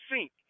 sink